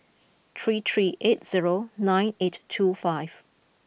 three three eight zero nine eight two five